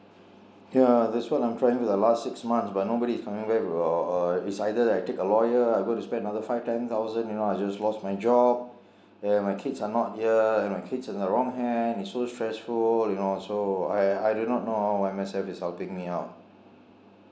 yeah that's what I am trying for the last six months but nobody is coming back it's either I take a lawyer I am going to spend another five ten thousand you know I just lost my job and my kids are not here and my kids are in the wrong hands it's so stressful you know so I I do not know how M_S_F is helping me out